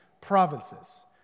provinces